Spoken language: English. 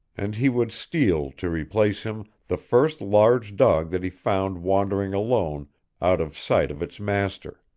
and he would steal, to replace him, the first large dog that he found wandering alone out of sight of its master.